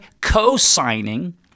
co-signing